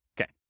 Okay